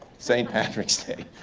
st. patrick's day,